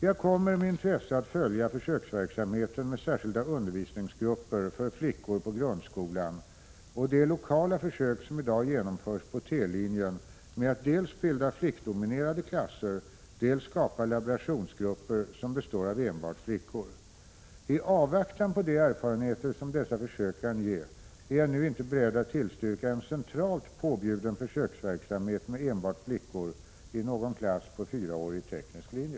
Jag kommer med intresse att följa försöksverksamheten med särskilda undervisningsgrupper för flickor på grundskolan och de lokala försök som i dag genomförs på T-linjen med att dels bilda flickdominerade klasser, dels skapa laborationsgrupper som består av enbart flickor. I avvaktan på de erfarenheter som dessa försök kan ge är jag nu inte beredd att tillstyrka en centralt påbjuden försöksverksamhet med enbart flickor i någon klass på fyraårig teknisk linje.